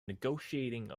negotiating